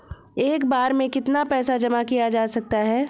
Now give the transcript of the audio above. एक बार में कितना पैसा जमा किया जा सकता है?